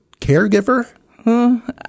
caregiver